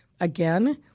again